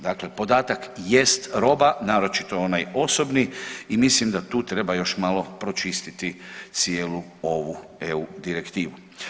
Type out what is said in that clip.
Dakle, podatak jest roba naročito onaj osobni i mislim da tu treba još malo pročistiti cijelu ovu EU direktivu.